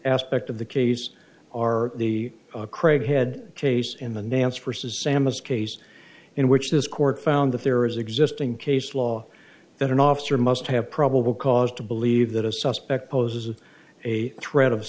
aspect of the case are the craighead chase in the nance vs salman's case in which this court found that there is existing case law that an officer must have probable cause to believe that a suspect poses a threat of